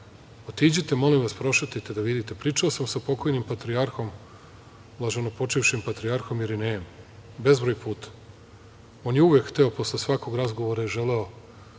moguće. Otiđite, molim vas, prošetajte da vidite. Pričao sam sa pokojnim patrijarhom, blaženopočivšim patrijarhom Irinejom bezbroj puta. On je uvek hteo, posle svakog razgovora je želeo,